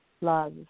Love